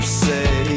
say